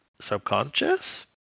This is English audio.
subconscious